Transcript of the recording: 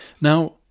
Now